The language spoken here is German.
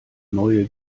neue